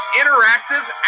interactive